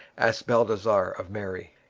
asked balthasar of mary.